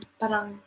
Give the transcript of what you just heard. parang